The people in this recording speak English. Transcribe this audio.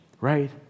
right